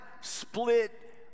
split